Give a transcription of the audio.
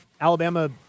Alabama –